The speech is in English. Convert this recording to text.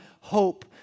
hope